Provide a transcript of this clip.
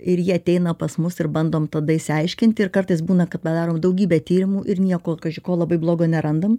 ir jie ateina pas mus ir bandom tada išsiaiškinti ir kartais būna kad padarom daugybę tyrimų ir nieko kaži ko labai blogo nerandam